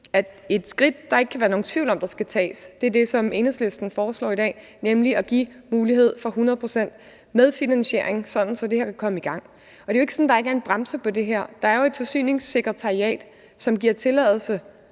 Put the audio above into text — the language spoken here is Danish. at et skridt, der ikke kan være nogen tvivl om, skal tages, er det, som Enhedslisten foreslår i dag, nemlig at give mulighed for 100 pct. medfinansiering, sådan så det her kan komme i gang. Og det er jo ikke sådan, at der ikke er en bremse på det her. Der er jo et forsyningssekretariat, som giver tilladelser,